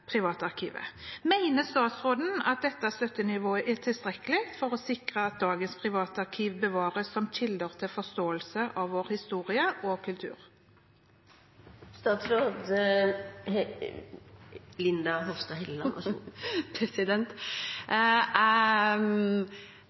statsråden at dette støttenivået er tilstrekkelig for å sikre at dagens privatarkiv bevares som kilder til forståelse av vår historie og kultur?